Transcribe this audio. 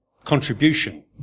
Contribution